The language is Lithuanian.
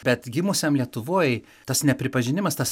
bet gimusiam lietuvoj tas nepripažinimas tas